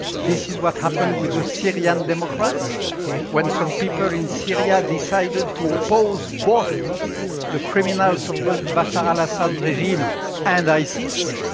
this is what happened with the syrian democrats when some people in syria yeah decided to oppose both the criminals from but bashar al-assad's regime and isis.